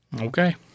Okay